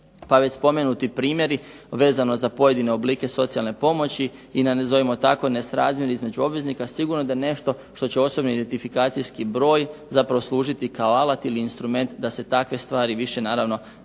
Pa već spomenuti primjeri vezano za pojedine oblike socijalne pomoći i na nazovimo tako nesrazmjer između obveznika sigurno da nešto što će osobni identifikacijski broj zapravo služiti kao alat ili instrument da se takve stvari više naravno ne događaju.